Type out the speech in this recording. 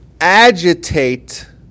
agitate